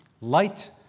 Light